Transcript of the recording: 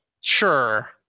sure